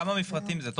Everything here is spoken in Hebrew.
כמה מפרטים זה?